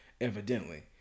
Evidently